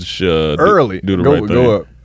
Early